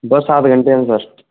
बस आधे घंटे में सर